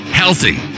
healthy